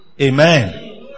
Amen